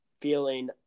feeling